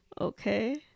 Okay